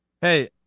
Hey